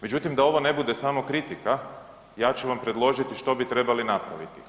Međutim, da ovo ne bude samo kritika, ja ću vam predložiti što bi trebali napraviti.